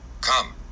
Come